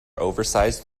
oversized